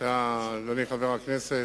אדוני חבר הכנסת,